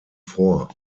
vor